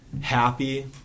Happy